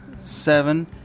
Seven